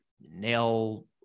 nail